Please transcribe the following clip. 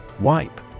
Wipe